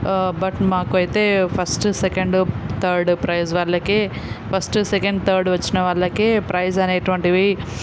but మాకు అయితే first second third prize వాళ్ళకి ఫస్ట్ సెకండు థర్డ్ వచ్చిన వాళ్ళకే ప్రైజ్ అనేటటువంటివి